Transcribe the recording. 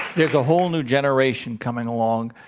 there's a whole new generation coming along.